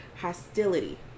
Hostility